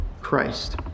Christ